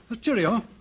cheerio